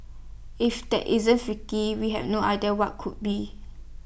if that isn't freaky we have no idea what could be